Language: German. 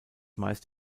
meist